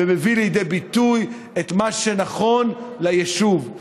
ומביא לידי ביטוי את מה שנכון ליישוב,